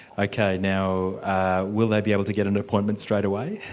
ok, now will they be able to get an appointment straight away?